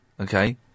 okay